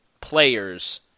players